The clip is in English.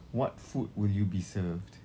what food will you be served